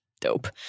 dope